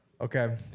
Okay